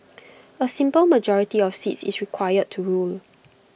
A simple majority of seats is required to rule